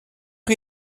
chi